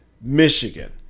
Michigan